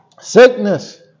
Sickness